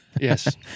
Yes